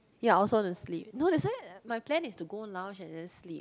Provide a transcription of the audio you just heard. ya also want to sleep that's why my plan is to go lounge and then sleep